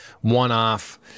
one-off